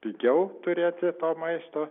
pigiau turėti to maisto